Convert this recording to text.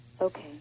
Okay